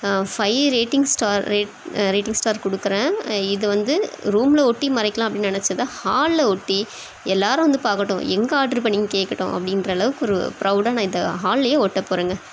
five rating star rate rating star கொடுக்குறேன் இது வந்து ரூம்மில் ஒட்டி மறைக்கலாம் அப்படினு நினச்சத ஹாலில் ஒட்டி எல்லாரும் வந்து பார்க்கட்டும் எங்கே ஆர்ட்ரு பண்ணிங்கன்னு கேட்கட்டும் அப்படின்ற அளவுக்கு ஒரு ப்ரௌடாக நான் இதை ஹால்லயே ஒட்டப்போகறேங்க